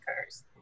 occurs